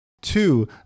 two